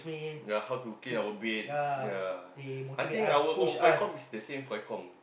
ya how to clean our bed ya I think our comm is the same comm